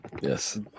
Yes